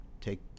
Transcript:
take